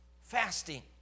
fasting